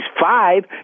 five